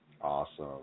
Awesome